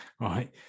right